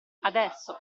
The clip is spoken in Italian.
adesso